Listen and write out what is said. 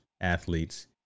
athletes